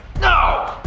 no!